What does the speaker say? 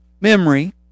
memory